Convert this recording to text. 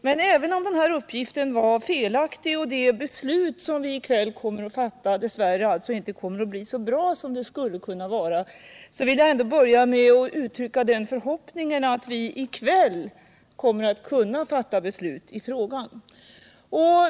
Men även om den här uppgiften är felaktig och det beslut som vi nu nog dess värre kommer att fatta inte kommer att bli så bra som det skulle kunna vara, så vill jag ändå börja med att uttrycka en förhoppning om att vi i kväll kommer att kunna fatta beslut i frågan.